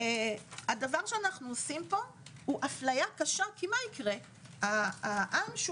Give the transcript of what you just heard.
אנו עושים אפליה קשה כי העם,